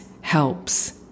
helps